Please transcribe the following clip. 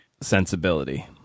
sensibility